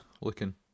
looking